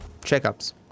checkups